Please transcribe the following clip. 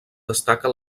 destaca